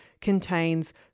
contains